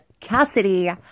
Cassidy